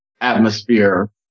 atmosphere